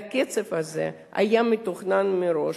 והקצב הזה היה מתוכנן מראש.